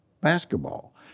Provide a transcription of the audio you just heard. basketball